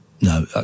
no